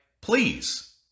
please